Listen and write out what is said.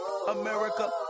America